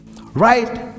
right